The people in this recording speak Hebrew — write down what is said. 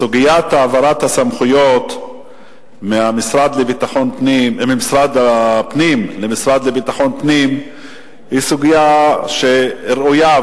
סוגיית העברת הסמכויות ממשרד הפנים למשרד לביטחון פנים היא סוגיה ראויה,